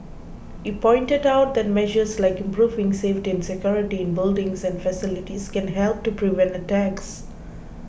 he pointed out that measures like improving safety and security in buildings and facilities can help to prevent attacks